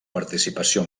participació